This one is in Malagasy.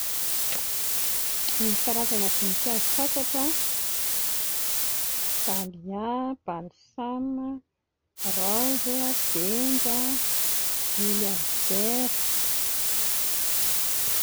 Ny karazana voninkazo fantatro a: dalia, balsame, rose a, benja, milliardaire.